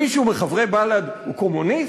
מישהו מחברי בל"ד הוא קומוניסט?